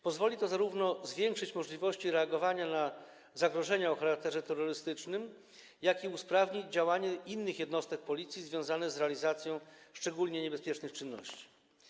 Pozwoli to zwiększyć możliwości reagowania na zagrożenia o charakterze terrorystycznym, jak również usprawni działania innych jednostek Policji związane z realizacją szczególnie niebezpiecznych czynności.